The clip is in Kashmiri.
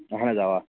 اَہَن حظ اَوا